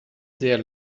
sehr